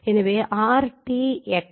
எனவே r1T Xi